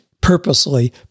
purposely